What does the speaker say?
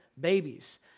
babies